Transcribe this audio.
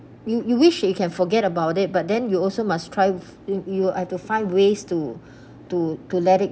you you wish you can forget about it but then you also must try you you have to find ways to to to let it